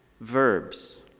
verbs